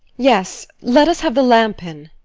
yes let us have the lamp in.